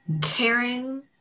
caring